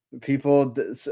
People